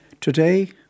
Today